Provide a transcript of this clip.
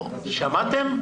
שמעתם?